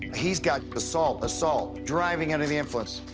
he's got assault, assault, driving under the influence.